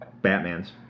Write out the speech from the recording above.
Batmans